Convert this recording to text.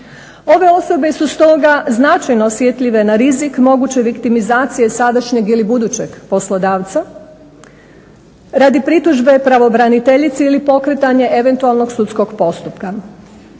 Ove osobe su stoga značajno osjetljive na rizik moguće viktimizacije sadašnjeg ili budućeg poslodavca. Radi pritužbe pravobraniteljici ili pokretanje eventualnog sudskog postupka.